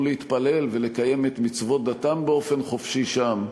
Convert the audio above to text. להתפלל ולקיים את מצוות דתם באופן חופשי שם,